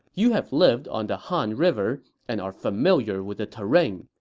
you have lived on the han river and are familiar with the terrain.